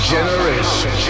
Generation